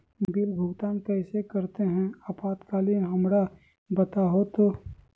Bill भुगतान कैसे करते हैं आपातकालीन हमरा बताओ तो?